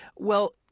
well,